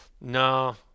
No